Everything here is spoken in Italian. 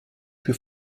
più